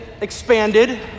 expanded